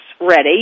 ready